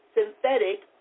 synthetic